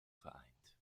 vereint